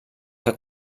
que